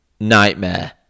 nightmare